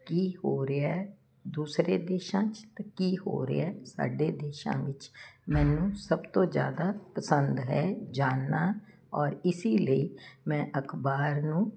ਕੀ ਹੋ ਰਿਹਾ ਐ ਦੂਸਰੇ ਦੇਸ਼ਾਂ 'ਚ ਤਾਂ ਕੀ ਹੋ ਰਿਹਾ ਸਾਡੇ ਦੇਸ਼ਾਂ ਵਿੱਚ ਮੈਨੂੰ ਸਭ ਤੋਂ ਜਿਆਦਾ ਪਸੰਦ ਹੈ ਜਾਨਣਾ ਔਰ ਇਸੀ ਲਈ ਮੈਂ ਅਖਬਾਰ ਨੂੰ